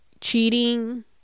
cheating